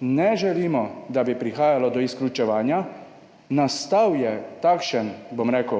ne želimo, da bi prihajalo do izključevanja, nastala je takšna